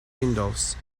windows